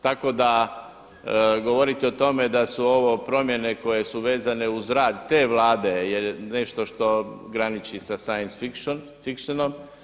Tako da govoriti o tome da su ovo promjene koje su vezane uz rad te Vlade je nešto što graniči sa since fictionom.